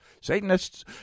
Satanists